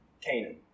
Canaan